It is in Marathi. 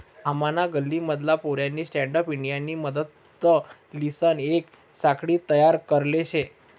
आमना गल्ली मधला पोऱ्यानी स्टँडअप इंडियानी मदतलीसन येक साखळी तयार करले शे